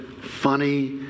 funny